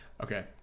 Okay